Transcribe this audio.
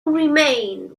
remained